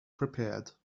prepared